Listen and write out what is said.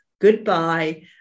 goodbye